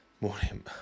Morning